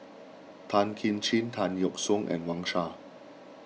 Tan Kim Ching Tan Yeok Seong and Wang Sha